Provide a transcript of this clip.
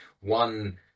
one